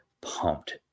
pumped